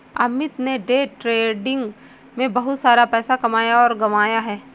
अमित ने day trading में बहुत सारा पैसा कमाया और गंवाया है